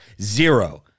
Zero